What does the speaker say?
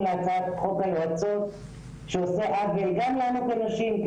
להצעת חוק היועצות שעושה עוול גם לנו כנשים,